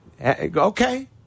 Okay